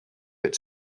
its